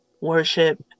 worship